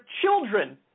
children